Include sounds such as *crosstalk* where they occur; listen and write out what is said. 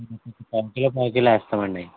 *unintelligible* పావు కిలో పావు కిలో వేస్తామండి